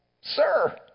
Sir